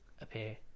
appear